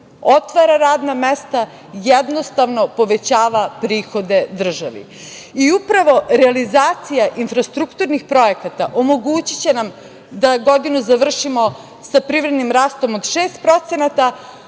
otvara radna mesta, jednostavno povećava prihode državi. Upravo realizacija infrastrukturnih projekata omogućiće nam da godinu završimo sa privrednim rastom od 6%,